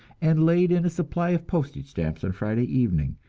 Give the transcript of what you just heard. and laid in a supply of postage stamps on friday evening.